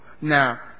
Now